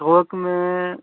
थोक में